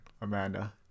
Amanda